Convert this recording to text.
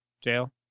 Jail